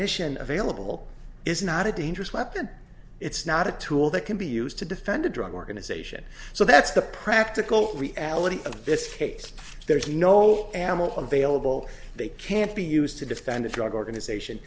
mission available is not a dangerous weapon it's not a tool that can be used to defend a drug organization so that's the practical reality of this case there is no animal available they can't be used to defend a drug organization